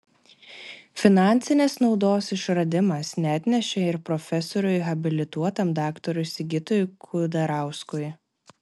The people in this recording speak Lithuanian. finansinės naudos išradimas neatnešė ir profesoriui habilituotam daktarui sigitui kudarauskui